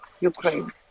Ukraine